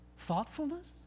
thoughtfulness